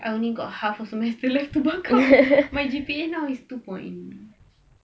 I only got half a semester left to buck up my G_P_A now is two point